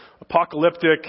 apocalyptic